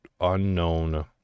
unknown